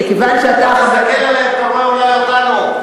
אתה מסתכל עליהם ואתה רואה אולי אותנו.